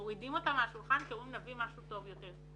מורידים אותה מהשולחן כי אומרים נביא משהו טוב יותר.